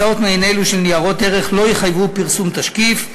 הצעות מעין אלו של ניירות ערך לא יחייבו פרסום תשקיף,